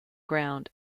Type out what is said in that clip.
ground